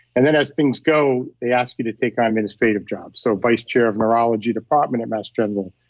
and then as things go, they asked me to take on administrative jobs. so vice chair of neurology department at mass general,